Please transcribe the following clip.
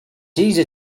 easy